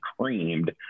creamed